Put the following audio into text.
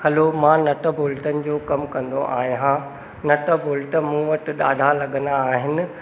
hello मां nut बोल्टनि जो कमु कंदो आहियां नट बोल्ट मूं वटि ॾाढा लॻंदा आहिनि